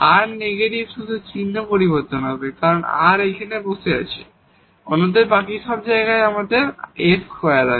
r negative শুধু চিহ্ন পরিবর্তন হবে কারণ এই r এখানে বসে আছে অন্যথায় বাকি সব জায়গায় আমাদের s স্কোয়ার আছে